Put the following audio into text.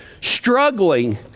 Struggling